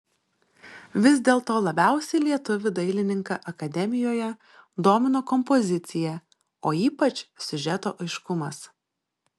vis dėlto labiausiai lietuvį dailininką akademijoje domino kompozicija o ypač siužeto aiškumas